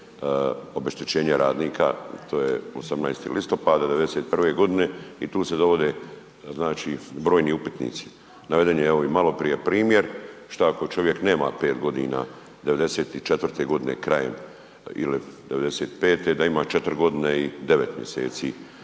obeštećenje radnika, to je 18. listopada '91.g. i tu se dovode znači brojni upitnici, naveden je evo i maloprije primjer šta ako čovjek nema 5.g. '94.g. krajem ili '95. da ima 4.g. i 9. mjeseci,